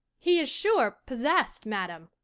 he is, sure, possess'd, madam.